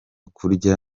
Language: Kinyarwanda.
kurya